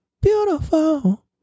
beautiful